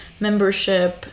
membership